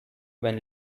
when